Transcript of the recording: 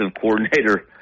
coordinator